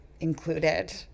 included